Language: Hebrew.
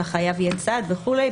שהחייב יהיה צד וכולי,